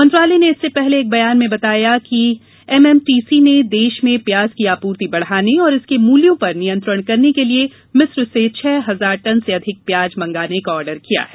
मंत्रालय ने इससे पहले एक बयान में बताया कि एमएमटीसी ने देश में प्याज की आपूर्ति बढ़ाने और इसके मूल्यों पर नियंत्रण करने के लिए मिस्र से छः हजार टन से अधिक प्या्ज मंगाने का आर्डर किया है